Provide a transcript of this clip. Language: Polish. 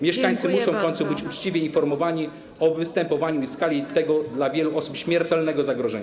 Mieszkańcy muszą w końcu być uczciwie informowani o występowaniu i skali tego dla wielu osób śmiertelnego zagrożenia.